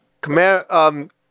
Command